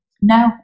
no